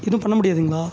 எதுவும் பண்ண முடியாதுங்களா